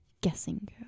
Guessing